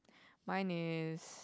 mine is